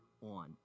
on